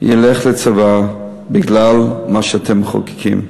ילך לצבא בגלל מה שאתם מחוקקים.